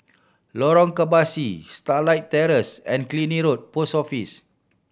Lorong Kebasi Starlight Terrace and Killiney Road Post Office